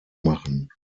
machen